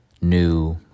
new